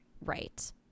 Right